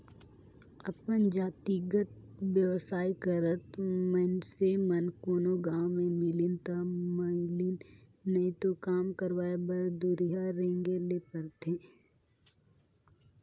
अपन जातिगत बेवसाय करत मइनसे मन कोनो गाँव में मिलिन ता मिलिन नई तो काम करवाय बर दुरिहां रेंगें ले परथे